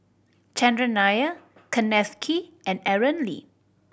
Chandran Nair Kenneth Kee and Aaron Lee